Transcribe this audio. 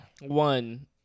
one